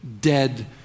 dead